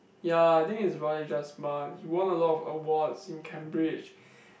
ya think is probably just Mark he won a lot of awards in Cambridge